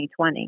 2020